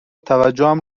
توجهم